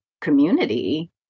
community